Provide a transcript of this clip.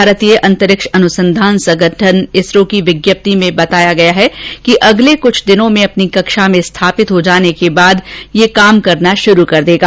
भारतीय अंतरिक्ष अनुसंधान संगठन इसरो की विज्ञप्ति में बताया गया है कि अगले कुछ दिनों में अपनी कक्षा में स्थापित हो जाने के बाद यह काम करना शुरु कर देगा